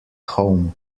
home